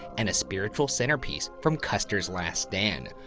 and a spiritual centerpiece from custer's last stand,